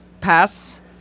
pass